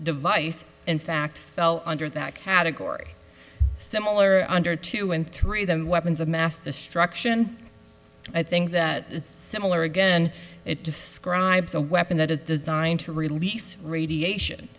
device in fact fell under that category similar under two and three them weapons of mass destruction i think that it's similar again it describes a weapon that is designed to release radiation